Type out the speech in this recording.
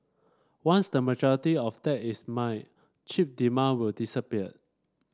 once the majority of that is mined chip demand will disappear